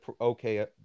okay